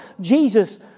Jesus